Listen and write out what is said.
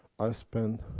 i spent.